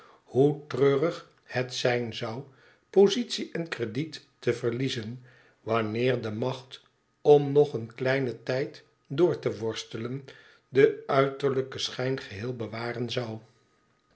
hoe treurig het zijn zou positie en krediet te verliezen wanneer de macht om nog een kleinen tijd door te worstelen den uiterlijken schijn geheel bewaren zou